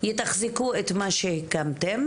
יתחזקו את מה שהקמתם,